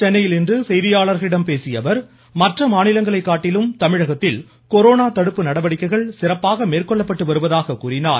சென்னையில் இன்று செய்தியாளர்களிடம் பேசிய அவர் இதன்காரணமாக மற்ற மாநிலங்களை காட்டிலும் தமிழகத்தில் கொரோனா தடுப்பு நடவடிக்கைகள் சிறப்பாக மேற்கொள்ளப்பட்டு வருவதாக கூறினார்